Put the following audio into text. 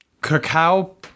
cacao